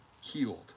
healed